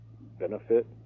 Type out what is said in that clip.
benefit